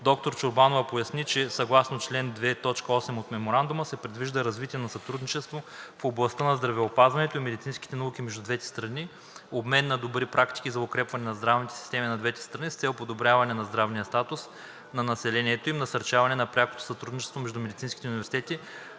Доктор Чорбанова поясни, че съгласно чл. 2, т. 8 от Меморандума се предвижда развитие на сътрудничеството в областта на здравеопазването и медицинските науки между двете страни, обмен на добри практики за укрепване на здравните системи на двете страни с цел подобряване на здравния статус на населението им и насърчаване на прякото сътрудничество между медицинските университети,